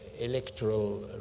electoral